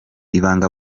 ibanga